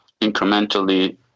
incrementally